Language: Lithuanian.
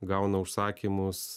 gauna užsakymus